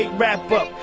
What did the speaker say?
rap up